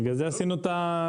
בגלל זה עשינו את הפיקוח.